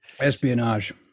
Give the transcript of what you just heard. Espionage